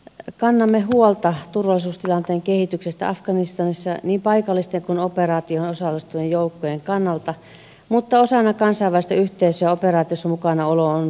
kannamme huolta turvallisuustilanteen kehityksestä afganistanissa niin paikallisten kuin operaatioon osallistuvien joukkojen kannalta mutta osana kansainvälistä yhteisöä operaatiossa mukanaolo on perusteltua